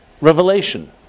revelation